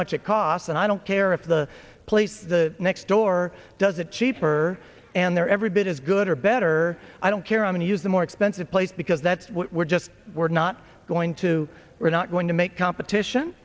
much it costs and i don't care if the place the next door does it cheaper and they're every bit as good or better i don't care and use the more expensive place because that's what we're just we're not going to we're not going to make competition